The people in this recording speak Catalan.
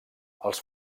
els